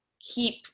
keep